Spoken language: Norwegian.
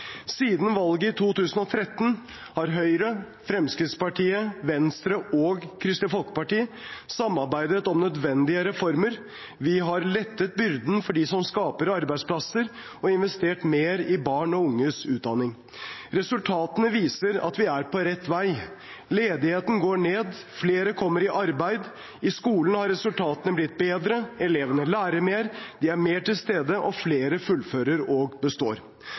Siden valget i 2013 har Høyre, Fremskrittspartiet, Venstre og Kristelig Folkeparti samarbeidet om nødvendige reformer. Vi har lettet byrden for dem som skaper arbeidsplasser, og investert mer i barn og unges utdanning. Resultatene viser at vi er på rett vei. Ledigheten går ned, og flere kommer i arbeid. I skolen har resultatene blitt bedre. Elevene lærer mer, de er mer til stede, og flere fullfører og består.